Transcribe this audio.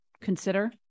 consider